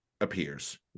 appears